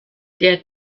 der